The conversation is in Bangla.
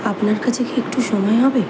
আপনার কাছে কি একটু সময় হবে